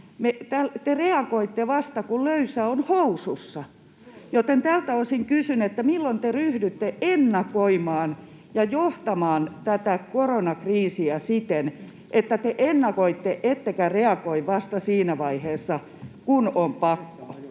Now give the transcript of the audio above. Te reagoitte vasta, kun löysä on housussa, joten tältä osin kysyn: milloin te ryhdytte ennakoimaan ja johtamaan tätä koronakriisiä siten, että te ennakoitte ettekä reagoi vasta siinä vaiheessa, kun on pakko?